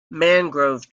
mangrove